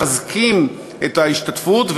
מחזקים את ההשתתפות,